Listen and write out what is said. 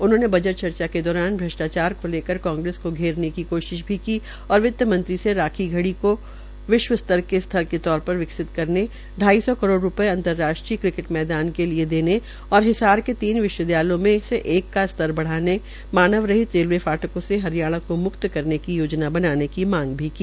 उन्होंने बजट चर्चा के दौरान भ्रष्टाचार को लेकर कांग्रेस के घेरने की कोशिश भी की और वितमंत्रीसे राखी गढ़ी के विश्वस्तर के स्थल के तौर पर विकसित करने शाई सौ करोड़ रूपये अंतर्राष्ट्रीय क्रिकेट मैदान के लिए देने और हिसार के तीन विश्वविद्यालयों मे एक का स्तर बढ़ाने मानव रहित रेलवे फाटकों से हरियाणा केा मुक्त करने की योजना बनाने की मांग भी की